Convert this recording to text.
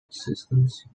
assistance